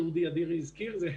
שאודי אדירי הזכיר אותו,